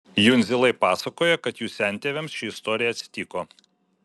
jundzilai pasakoja kad jų sentėviams ši istorija atsitiko